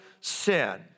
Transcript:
sin